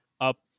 up